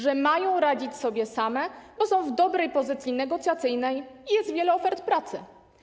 Że mają radzić sobie same, bo są w dobrej pozycji negocjacyjnej i jest wiele ofert pracy.